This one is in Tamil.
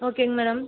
ஓகேங்க மேடம்